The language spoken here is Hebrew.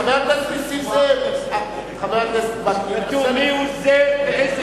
חבר הכנסת ברכה, קודם היה קשה לו, יצא החוצה.